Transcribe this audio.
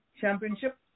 Championship